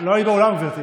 לא היית באולם, גברתי.